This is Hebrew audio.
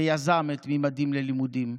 שיזם את ממדים ללימודים,